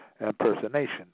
impersonation